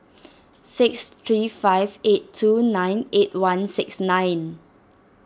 six three five eight two nine eight one six nine